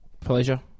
Pleasure